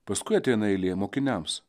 paskui ateina eilė mokiniams